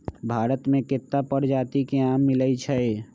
भारत मे केत्ता परजाति के आम मिलई छई